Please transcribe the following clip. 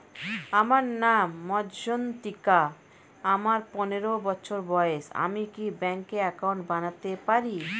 আমার নাম মজ্ঝন্তিকা, আমার পনেরো বছর বয়স, আমি কি ব্যঙ্কে একাউন্ট বানাতে পারি?